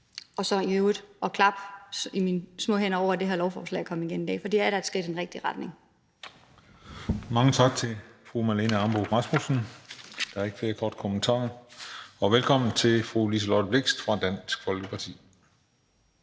og så i øvrigt at klappe i mine små hænder over, at det her lovforslag kommer igennem i dag. For det er da et skridt i den rigtige retning. Kl. 15:56 Den fg. formand (Christian Juhl): Mange tak til fru Marlene Ambo-Rasmussen. Der er ikke flere korte bemærkninger. Velkommen til fru Liselott Blixt fra Dansk Folkeparti.